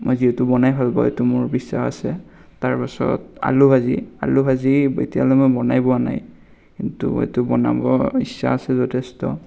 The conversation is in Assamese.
মই যিহেতু বনাই ভাল পাওঁ এইটো মোৰ বিশ্বাস আছে তাৰ পিছত আলু ভাজি আলু ভাজি এতিয়ালৈ মই বনাই পোৱা নাই কিন্তু এইটো বনাব ইচ্ছা আছে যথেষ্ট